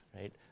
right